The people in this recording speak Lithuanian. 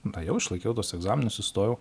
nuėjau išlaikiau tuos egzaminus įstojau